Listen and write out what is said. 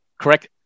correct